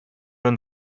run